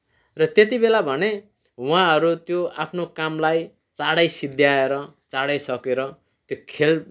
र त्यति बेला भने उहाँहरू त्यो आफ्नो कामलाई चाँडै सिद्धाएर चाँडै सकेर त्यो खेल